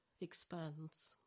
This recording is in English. expands